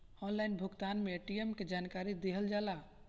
Online भुगतान में ATM के जानकारी दिहल जाला?